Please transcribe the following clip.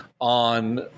on